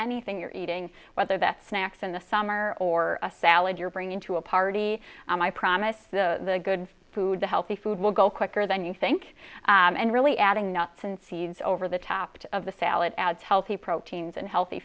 anything you're eating whether that snacks in the summer or a salad you're bringing to a party i promise the good food the healthy food will go quicker than you think and really adding nuts and seeds over the top of the salad adds healthy proteins and healthy